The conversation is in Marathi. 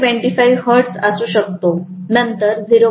25 हर्ट्ज असू शकतो नंतर 0